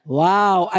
wow